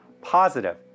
positive